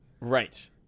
Right